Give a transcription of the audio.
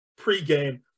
pregame